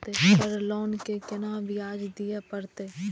Sir loan के केना ब्याज दीये परतें?